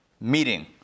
meeting